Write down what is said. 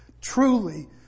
truly